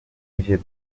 ivyo